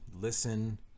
listen